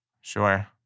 Sure